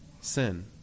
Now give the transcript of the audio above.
Sin